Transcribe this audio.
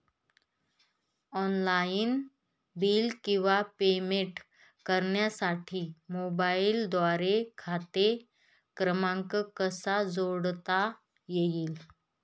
Online bill किंवा payment करण्यासाठी मोबाईलद्वारे खाते क्रमांक कसा जोडता येईल?